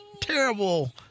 terrible